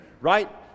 right